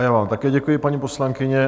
Já vám také děkuji, paní poslankyně.